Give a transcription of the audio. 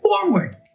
forward